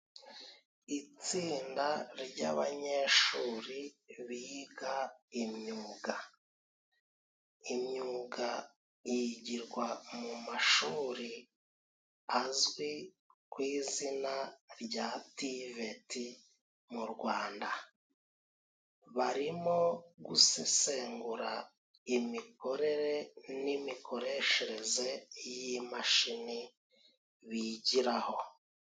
Itsinda ry'abanyeshuri biga imyuga. Imyuga yigirwa mu mashuri azwi ku izina rya Tiveti mu Rwanda. Barimo gusesengura imikorere n'imikoreshereze y'imashini bigiraho.